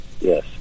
Yes